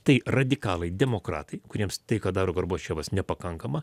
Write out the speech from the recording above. tai radikalai demokratai kuriems tai ką daro gorbačiovas nepakankama